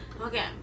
Okay